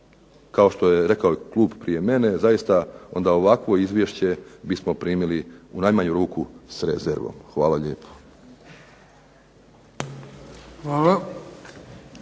kao što je rekao i klub prije mene zaista onda ovakvo Izvješće bismo primili u najmanju ruku s rezervom. Hvala lijepo.